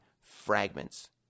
fragments